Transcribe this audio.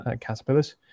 caterpillars